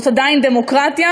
זאת עדיין דמוקרטיה,